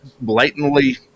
blatantly